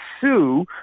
sue